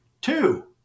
two